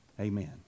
Amen